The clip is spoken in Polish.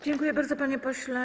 Dziękuję bardzo, panie pośle.